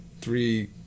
Three